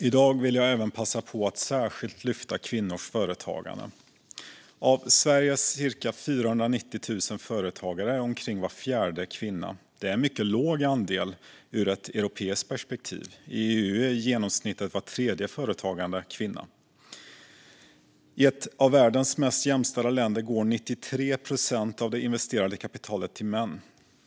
I dag vill jag även passa på att särskilt lyfta kvinnors företagande. Av Sveriges cirka 490 000 företagare är omkring var fjärde kvinna. Det är en mycket låg andel sett ur ett europeiskt perspektiv. I EU är i genomsnitt var tredje företagare kvinna. I ett av världens mest jämställda länder går 93 procent av det investerade kapitalet till män.